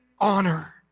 honor